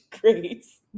Grace